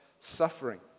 suffering